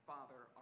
Father